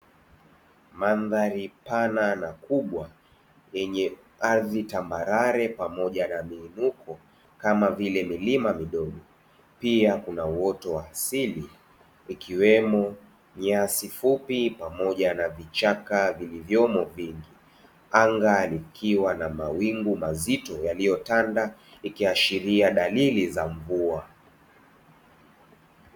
Mandhari pana na kubwa, yenye ardhi tambarare pamoja na miinuko kama vile milima midogo, pia kuna uoto wa asili ikiwemo nyasi fupi, pamoja na vichaka vilivyomo vingi. Anga likiwa na mawingu mazito yaliyotanda, ikiashiria dalili za mvua.